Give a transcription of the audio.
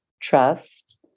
trust